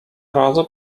razu